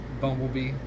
Bumblebee